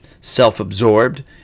self-absorbed